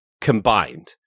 combined